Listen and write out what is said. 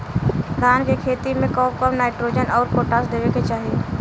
धान के खेती मे कब कब नाइट्रोजन अउर पोटाश देवे के चाही?